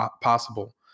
possible